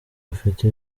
bafite